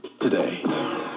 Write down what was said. today